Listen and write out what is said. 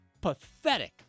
pathetic